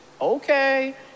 okay